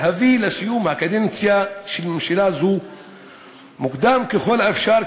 להביא לסיום הקדנציה של ממשלה זו מוקדם ככל האפשר,